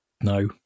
no